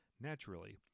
naturally